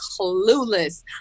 clueless